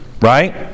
Right